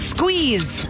Squeeze